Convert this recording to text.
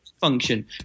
function